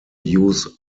use